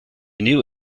knew